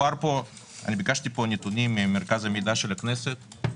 ביקשתי נתונים ממרכז המידע של הכנסת.